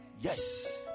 Yes